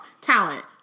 Talent